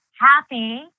happy